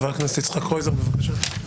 חבר הכנסת יצחק קרויזר, בבקשה.